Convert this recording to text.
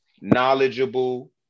knowledgeable